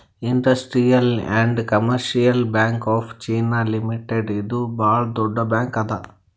industrial and commercial bank of China limited ಇದು ಭಾಳ್ ದೊಡ್ಡ ಬ್ಯಾಂಕ್ ಅದಾ